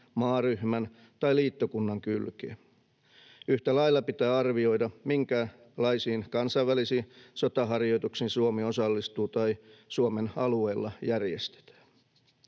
maaryhmän tai liittokunnan kylkeen. Yhtä lailla pitää arvioida, minkälaisiin kansainvälisiin sotaharjoituksiin Suomi osallistuu tai minkälaisia Suomen alueella järjestetään.